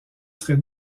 être